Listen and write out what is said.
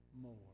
more